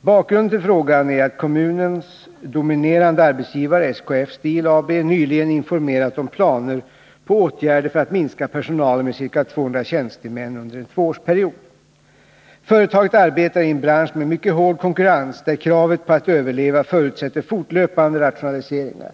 Bakgrunden till frågan är att kommunens dominerande arbetsgivare, SKF Steel AB, nyligen informerat om planer på åtgärder för att minska personalen med ca 200 tjänstemän under en tvåårsperiod. Företaget arbetar i en bransch med mycket hård konkurrens, där kravet på att överleva förutsätter fortlöpande rationaliseringar.